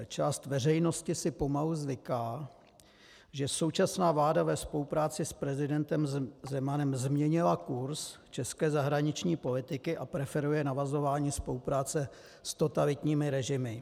Část veřejnosti si pomalu zvyká, že současná vláda ve spolupráci s prezidentem Zemanem změnila kurz české zahraniční politiky a preferuje navazování spolupráce s totalitními režimy.